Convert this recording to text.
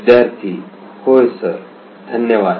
विद्यार्थी होय सर धन्यवाद